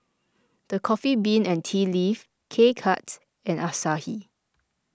the Coffee Bean and Tea Leaf K Cuts and Asahi